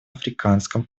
африканском